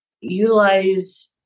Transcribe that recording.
utilize